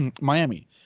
Miami